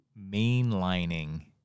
mainlining